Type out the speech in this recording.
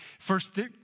First